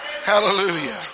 Hallelujah